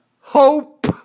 Hope